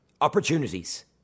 Opportunities